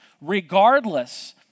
Regardless